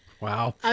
Wow